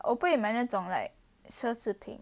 我不会买那种 like 奢侈品